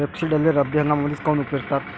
रेपसीडले रब्बी हंगामामंदीच काऊन पेरतात?